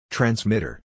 Transmitter